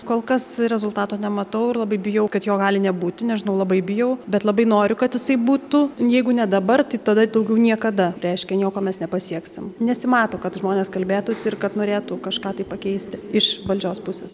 kol kas rezultato nematau ir labai bijau kad jo gali nebūti nežinau labai bijau bet labai noriu kad jisai būtų jeigu ne dabar tai tada daugiau niekada reiškia nieko mes nepasieksim nesimato kad žmonės kalbėtųsi ir kad norėtų kažką tai pakeisti iš valdžios pusės